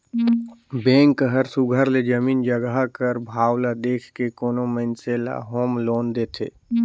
bank हर सुग्घर ले जमीन जगहा कर भाव ल देख के कोनो मइनसे ल होम लोन देथे